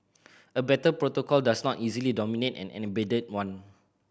a better protocol does not easily dominate an embedded one